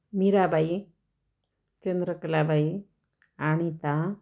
Mirabai Chandrakalabai Anita